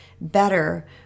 better